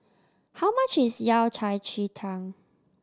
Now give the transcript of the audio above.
how much is Yao Cai ji tang